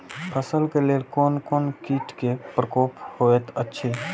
फसल के लेल कोन कोन किट के प्रकोप होयत अछि?